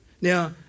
Now